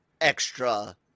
extra